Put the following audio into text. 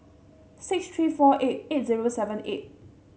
six three four eight eight zero seven eight